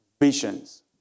visions